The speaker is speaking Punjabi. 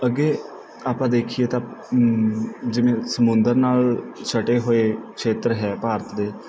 ਅੱਗੇ ਆਪਾਂ ਦੇਖੀਏ ਤਾਂ ਜਿਵੇਂ ਸਮੁੰਦਰ ਨਾਲ ਛਟੇ ਹੋਏ ਖੇਤਰ ਹੈ ਭਾਰਤ ਦੇ